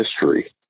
history